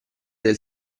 del